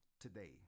today